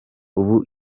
ubu